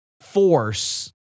force